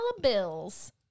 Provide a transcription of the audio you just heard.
bills